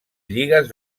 lligues